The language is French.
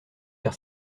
car